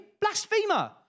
blasphemer